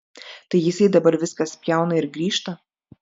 tai jisai dabar viską spjauna ir grįžta